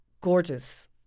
gorgeous